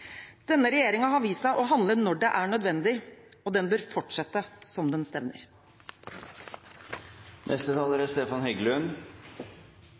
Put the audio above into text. Denne regjeringen har vist seg å handle når det er nødvendig, og den bør fortsette som den stevner.